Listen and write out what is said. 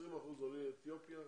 20% עולי אתיופיה,